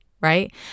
right